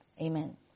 Amen